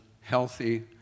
healthy